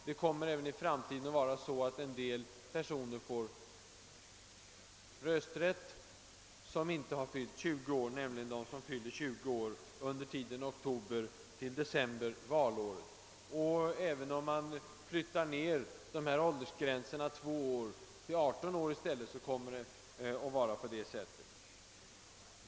Det kommer även i framtiden att vara så, att en del personer får rösträtt som inte har fyllt 20 år, nämligen de som fyller 20 år under tiden oktober — december valåret. även om man flyttar ner åldersgränserna två år till 18 år kommer det att vara på det sättet.